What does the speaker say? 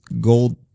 gold